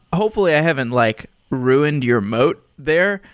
hopefully i haven't like ruined your moat there.